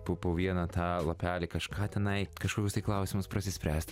pupų vieną tą lapelį kažką tenai kažkokius klausimus pasispręst